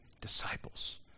disciples